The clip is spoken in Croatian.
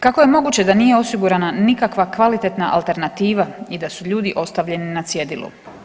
Kako je moguće da nije osigurana nikakva kvalitetna alternativa i da su ljudi ostavljeni na cjedilu.